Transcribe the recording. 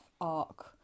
arc